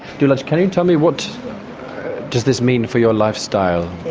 dulage, can you tell me what does this mean for your lifestyle?